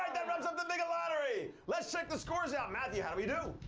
that wraps up the bigot lottery. let's check the scores out. matthew, how'd we do?